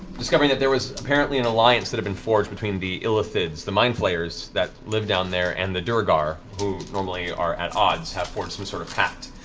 discovering that there was apparently an alliance that had been forged between the illithids, the mind flayers that lived down there, and the duergar, who normally are at odds. they've forged some sort of pact.